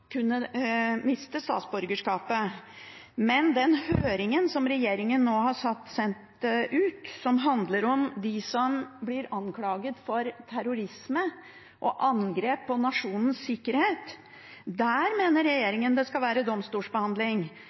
kunne miste statsborgerskapet. Men i det høringsnotatet som regjeringen nå har sendt ut, og som handler om dem som blir anklaget for terrorisme og angrep på nasjonens sikkerhet, mener regjeringen det skal være domstolsbehandling.